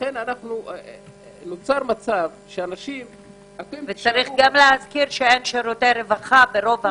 לכן נוצר מצב- - ואין שירותי רווחה ברוב- -- כלום.